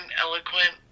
eloquent